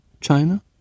China